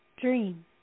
dream